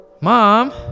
Mom